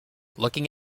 looking